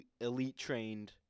elite-trained